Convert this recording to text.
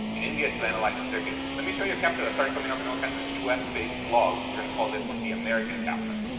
in india it's to analyze a circuit. let me show you a captcha that started coming up in all kinds of us based blogs. we're going to call this one the american captcha.